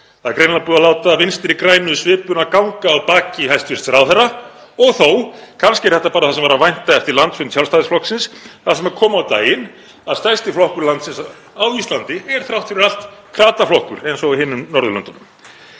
Það er greinilega búið að láta vinstri grænu svipuna ganga á baki hæstv. ráðherra — og þó, kannski er þetta bara það sem var að vænta eftir landsfund Sjálfstæðisflokksins þar sem kom á daginn að stærsti flokkur landsins á Íslandi er þrátt fyrir allt krataflokkur eins og á hinum Norðurlöndunum.